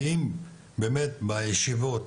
כי אם באמת בישיבות,